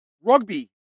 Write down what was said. Rugby